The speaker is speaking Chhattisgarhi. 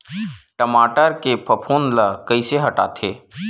टमाटर के फफूंद ल कइसे हटाथे?